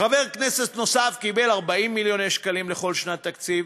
חבר כנסת נוסף קיבל 40 מיליוני שקלים לכל שנת תקציב,